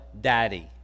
Daddy